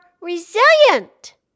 resilient